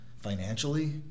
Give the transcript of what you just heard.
financially